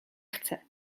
chcę